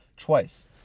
twice